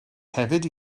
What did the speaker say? hefyd